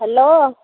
hello